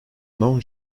known